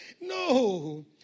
No